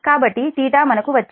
కాబట్టి θ మనకు వచ్చింది